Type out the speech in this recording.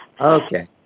Okay